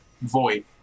void